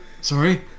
sorry